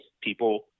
people